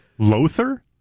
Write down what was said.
Lothar